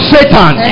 Satan